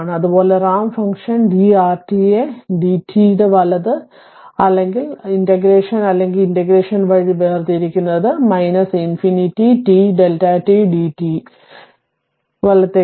അതുപോലെ ramp function d rt യെ d t വലത് അല്ലെങ്കിൽ ഇന്റഗ്രേഷൻ അല്ലെങ്കിൽ ഇന്റഗ്രേഷൻ വഴി വേർതിരിക്കുന്നത് അനന്തത t Δ t d t വലത്തേക്ക്